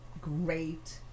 great